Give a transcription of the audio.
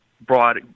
brought